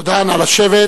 תודה, נא לשבת.